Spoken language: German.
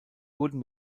wurden